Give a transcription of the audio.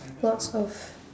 lots of